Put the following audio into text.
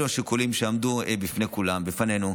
אלה השיקולים שעמדו בפני כולם, בפנינו.